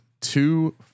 two